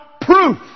Proof